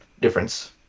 difference